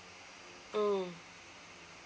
mm